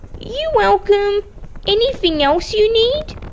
you welcome anything else you need?